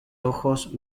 ojos